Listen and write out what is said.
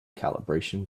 calibration